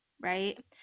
right